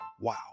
Wow